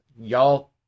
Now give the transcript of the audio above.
y'all